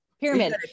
Pyramid